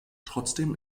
trotzdem